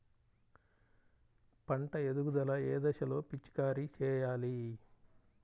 పంట ఎదుగుదల ఏ దశలో పిచికారీ చేయాలి?